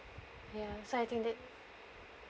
ya so I think that